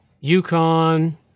Yukon